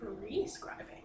Prescribing